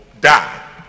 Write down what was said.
die